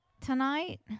tonight